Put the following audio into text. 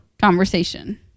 Conversation